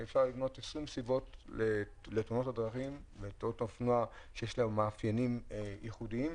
לתאונות האופנוע יש מאפיינים ייחודיים.